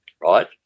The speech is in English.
right